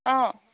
অঁ